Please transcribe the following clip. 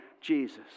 Jesus